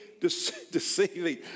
deceiving